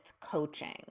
coaching